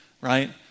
right